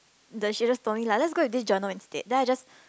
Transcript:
the she just told me lah let's go with this journal instead then I just